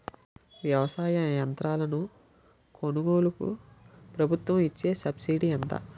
వ్యవసాయ యంత్రాలను కొనుగోలుకు ప్రభుత్వం ఇచ్చే సబ్సిడీ ఎంత?